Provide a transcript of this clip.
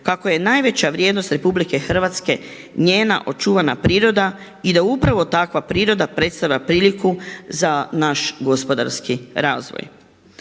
kako je najveća vrijednost RH njena očuvana priroda i da upravo takva priroda predstavlja priliku za naš gospodarski razvoj.